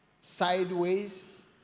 sideways